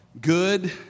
Good